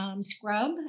Scrub